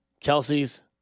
Kelsey's